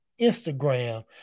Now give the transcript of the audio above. Instagram